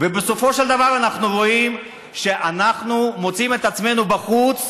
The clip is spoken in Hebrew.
ובסופו של דבר אנחנו רואים שאנחנו מוצאים את עצמנו בחוץ,